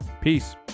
Peace